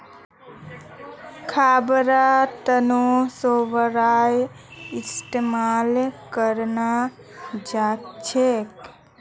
खाबार तनों शैवालेर इस्तेमाल कराल जाछेक